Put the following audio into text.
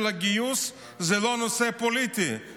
הנושא של הגיוס הוא לא נושא פוליטי,